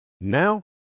Now